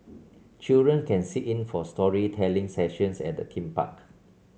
children can sit in for storytelling sessions at the theme park